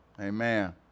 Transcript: Amen